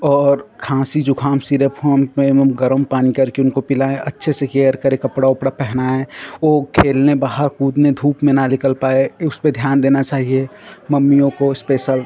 और खाँसी जुक़ाम सीरप होने पर उनको गर्म पानी करके उनको पिलाएँ अच्छे से केयर करें कपड़ा उपड़ा पहनाएँ वह खेलने बाहर कूदने धूप में न निकल पाए उसपर ध्यान देना चाहिए मम्मियों को स्पेशल